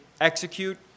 execute